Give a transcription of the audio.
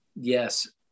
yes